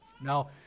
Now